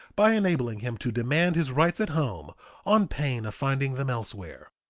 by enabling him to demand his rights at home on pain of finding them elsewhere.